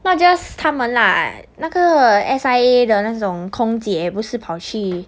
not just 他们啦那个 S_I_A 的那种空姐不是跑去